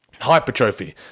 hypertrophy